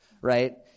right